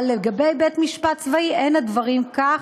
אבל לגבי בית-משפט צבאי אין הדברים כך.